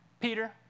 Peter